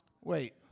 Wait